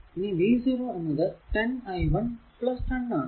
ഇനി v0 എന്നത് 10 i 1 10 ആണ്